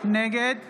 נגד